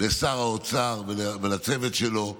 לשר האוצר ולצוות שלו,